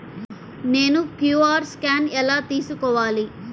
నేను QR scan ఎలా తీసుకోవాలి?